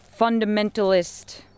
fundamentalist